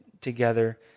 together